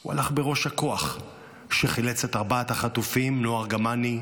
הוא הלך בראש הכוח שחילץ את ארבעת החטופים נועה ארגמני,